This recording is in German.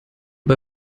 bei